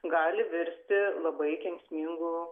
gali virsti labai kenksmingu